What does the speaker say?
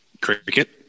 Cricket